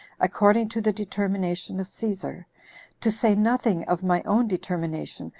according to the determination of caesar to say nothing of my own determination,